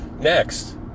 Next